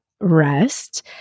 rest